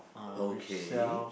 okay